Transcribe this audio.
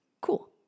Cool